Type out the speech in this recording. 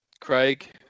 Craig